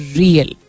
real